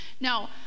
Now